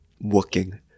working